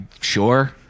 Sure